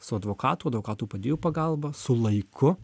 su advokatų advokatų padėjėjų pagalba su laiku